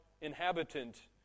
inhabitant